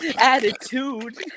attitude